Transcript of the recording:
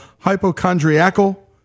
hypochondriacal